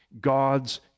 God's